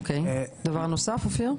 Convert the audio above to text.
אופיר, דבר נוסף?